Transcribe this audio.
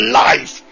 life